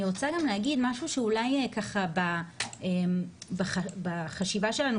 אני רוצה גם להגיד משהו שאולי ככה בחשיבה שלנו,